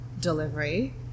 delivery